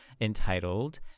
entitled